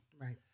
right